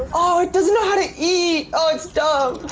oh, it doesn't know how to eat! oh, it's dumb!